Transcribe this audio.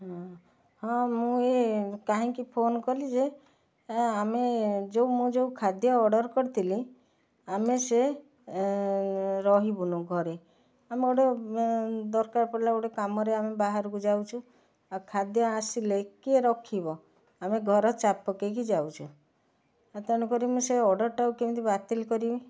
ହଁ ହଁ ମୁଁ ଏ କାହିଁକି ଫୋନ କଲି ଯେ ଏ ଆମେ ଯେଉଁ ମୁଁ ଯେଉଁ ଖାଦ୍ୟ ଅର୍ଡ଼ର କରିଥିଲି ଆମେ ସେ ରହିଁବୁନି ଘରେ ଆମର ଗୋଟେ ଦରକାର ପଡ଼ିଲା ଗୋଟେ କାମ ରେ ଆମେ ବାହାରକୁ ଯାଉଛୁ ଆଉ ଖାଦ୍ୟ ଆସିଲେ କିଏ ରଖିବ ଆମେ ଘର ଚାବି ପକାଇକି ଯାଉଛୁ ତେଣୁ କରି ମୁଁ ଅର୍ଡ଼ର ଟାକୁ କେମିତି ବାତିଲ କରିବି